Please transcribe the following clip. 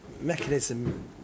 ...mechanism